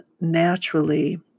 naturally